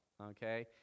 Okay